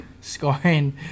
scoring